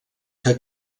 que